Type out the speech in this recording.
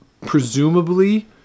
presumably